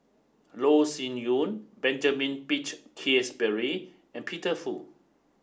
Loh Sin Yun Benjamin Peach Keasberry and Peter Fu